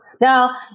now